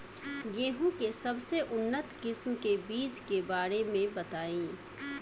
गेहूँ के सबसे उन्नत किस्म के बिज के बारे में बताई?